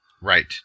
Right